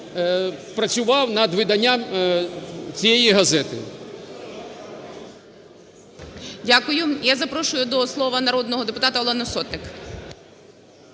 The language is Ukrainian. Дякую. Я запрошую до слова народного депутата України